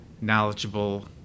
knowledgeable